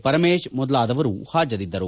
ಪರಮೇಶ್ ಮೊದಲಾದವರು ಹಾಜರಿದ್ದರು